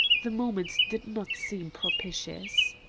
the moment did not seem propitious.